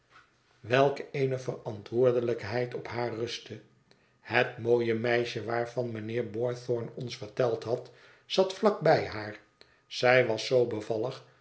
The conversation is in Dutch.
welk eene verantwoordelijkheid op haar rustte het mooie meisje waarvan mijnheer boythorn ons verteld had zat vlak bij haar zij was zoo bevallig